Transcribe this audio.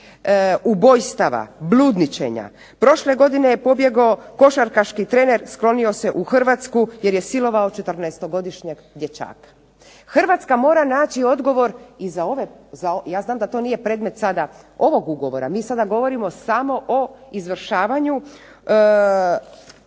ubojstava, bludničenja. Prošle godine je pobjegao košarkaški trener, sklonio se u Hrvatsku jer je silovao 14-godišnjeg dječaka. Hrvatska mora naći odgovor i za ove, ja znam da to nije predmet sada ovog ugovora, mi sada govorimo samo o izvršavanju